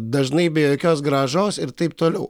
dažnai be jokios grąžos ir taip toliau